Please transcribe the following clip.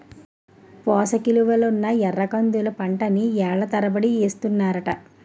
పోసకిలువలున్న ఎర్రకందుల పంటని ఏళ్ళ తరబడి ఏస్తన్నారట